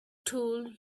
tool